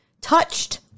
touched